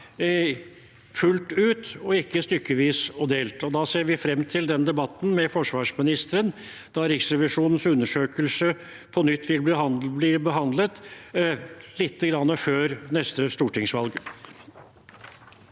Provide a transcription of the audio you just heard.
fullt ut og ikke stykkevis og delt. Vi ser frem til den debatten med forsvarsministeren, da Riksrevisjonens undersøkelse på nytt vil bli behandlet, litt før neste stortingsvalg.